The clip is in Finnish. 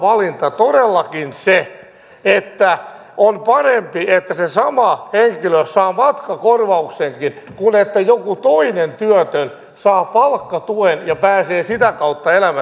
onko sdpn arvovalinta todellakin se että on parempi että se sama henkilö saa matkakorvauksenkin kuin että joku toinen työtön saa palkkatuen ja pääsee sitä kautta elämässään eteenpäin